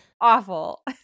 awful